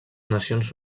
nacions